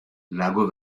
lago